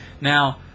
Now